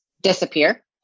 disappear